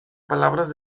palabras